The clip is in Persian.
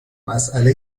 مسئله